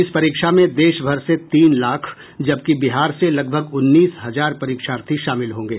इस परीक्षा में देशभर से तीन लाख जबकि बिहार से लगभग उन्नीस हजार परीक्षार्थी शामिल होंगे